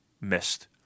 missed